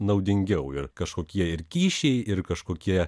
naudingiau ir kažkokie ir kyšiai ir kažkokie